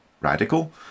radical